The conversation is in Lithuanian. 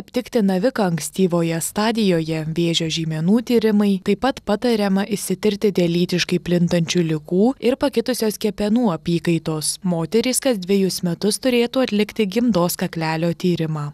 aptikti naviką ankstyvoje stadijoje vėžio žymenų tyrimai taip pat patariama išsitirti dėl lytiškai plintančių ligų ir pakitusios kepenų apykaitos moterys kas dvejus metus turėtų atlikti gimdos kaklelio tyrimą